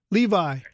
Levi